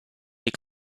les